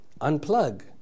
Unplug